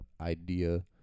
idea